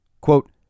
Quote